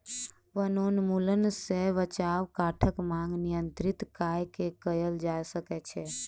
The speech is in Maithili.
वनोन्मूलन सॅ बचाव काठक मांग नियंत्रित कय के कयल जा सकै छै